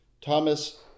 Thomas